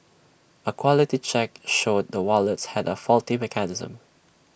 A quality check showed the wallets had A faulty mechanism